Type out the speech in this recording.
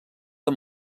amb